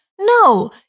No